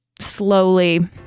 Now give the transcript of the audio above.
slowly